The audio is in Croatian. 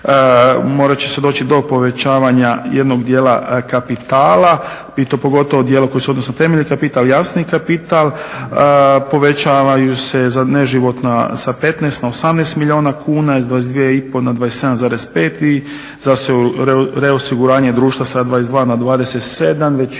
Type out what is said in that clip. Morati će se doći do povećavanja jednog dijela kapitala i to pogotovo dijela koji se odnosi na temeljni kapital i jasni kapital. Povećavaju se za neživotna sa 15 na 18 milijuna kuna, sa 22,5 na 27,5 i za reosiguranje društva sa 22 na 27.